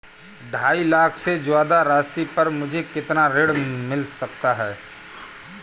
ढाई लाख से ज्यादा राशि पर मुझे कितना ऋण मिल सकता है?